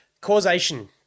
causation